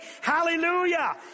Hallelujah